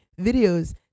videos